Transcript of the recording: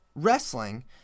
wrestling